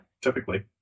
typically